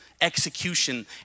execution